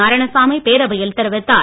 நாராயணசாமி பேரவையில் தெரிவித்தார்